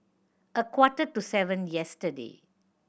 a quarter to seven yesterday